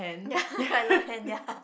ya quite low hand ya